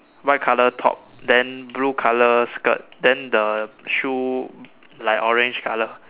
white colour top then blue colour skirt then the shoe like orange colour